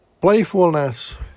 Playfulness